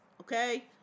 Okay